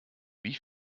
wie